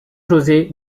josé